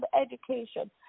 education